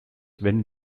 wenden